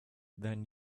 than